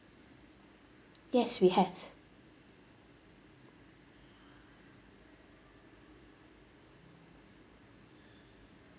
yes we have